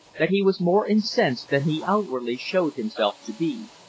that he was more incensed than he outwardly showed himself to be.